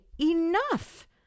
enough